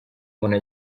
umuntu